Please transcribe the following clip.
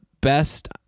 best